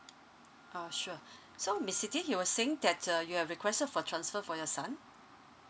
uh sure so miss siti you were saying that uh you have requested for transfer for your son